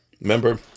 Remember